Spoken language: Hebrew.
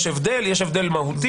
יש הבדל מהותי.